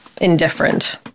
indifferent